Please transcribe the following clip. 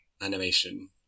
animation